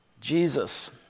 Jesus